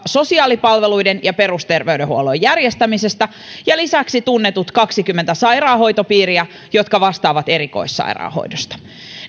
sosiaalipalveluiden ja perusterveydenhuollon järjestämisestä ja lisäksi tunnetut kaksikymmentä sairaanhoitopiiriä jotka vastaavat erikoissairaanhoidosta